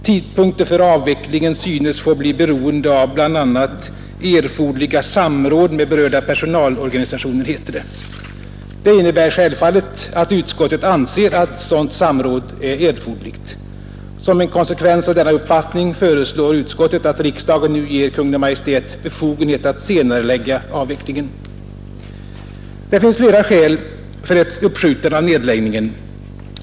Tidpunkten för avvecklingen synes få bli beroende av bl.a. erforderliga samråd med berörda personalorganisationer, heter det. Det innebär självfallet att utskottet anser att sådant samråd är erforderligt. Som en konsekvens av denna uppfattning föreslår utskottet att riksdagen nu ger Kungl. Maj:t befogenhet att senarelägga avvecklingen. Det finns flera skäl för ett uppskjutande av nedläggningen.